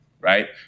right